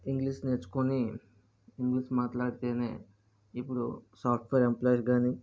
English నేర్చుకుని English మాట్లాడితేనే ఇప్పుడు సాఫ్ట్వేర్ ఎంప్లాయిలు కాని